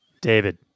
David